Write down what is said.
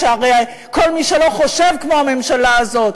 שהרי כל מי שלא חושב כמו הממשלה הזאת,